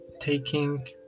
taking